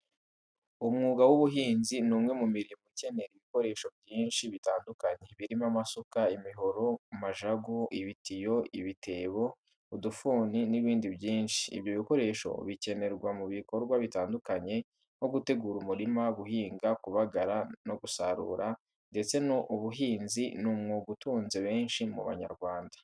Umwuga w’ubuhinzi ni umwe mu mirimo ikenera ibikoresho byinshi bitandukanye, birimo amasuka, imihoro, majagu, ibitiyo, ibitebo, udufuni n’ibindi byinshi. Ibyo bikoresho bikenerwa mu bikorwa bitandukanye, nko gutegura umurima, guhinga, kubagara no gusarura. Ndetse, ubuhinzi ni umwuga utunze benshi mu Banyarwanda.